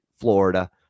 Florida